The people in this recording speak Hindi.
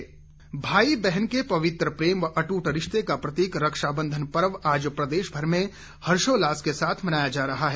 रक्षाबंधन भाई बहन के पवित्र प्रेम व अट्ट रिश्ते का प्रतीक रक्षाबंधन पर्व आज प्रदेशभर में हर्षोल्लास के साथ मनाया जा रहा है